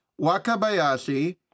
Wakabayashi